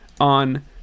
on